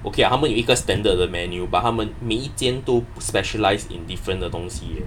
okay 他们有一个 standard 的 menu but 它们每一间都 specialised in different 的东西 eh